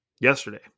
yesterday